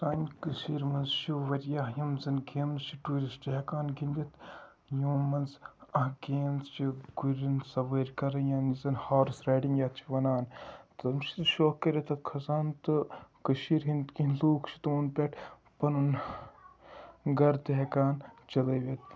سانہِ کٔشیٖر مَنٛز چھِ واریاہ یِم زَن گیمہِ چھِ ٹیورسٹ ہیٚکان گِنٛدِتھ یِمو مَنٛز اکھ گیم چھِ گُرٮ۪ن سَوٲر کَرٕنۍ یعنی زن ہارٕس رایڈِنٛگ یتھ چھِ وَنان تِم چھِ شوکھ کٔرِتھ تَتھ کھَسان تہٕ کٔشیٖر ہٕنٛدۍ کینٛہہ لُکھ چھِ تِمَن پٮ۪ٹھ پَنُن گَرٕ تہِ ہیٚکان چَلٲوِتھ